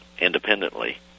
independently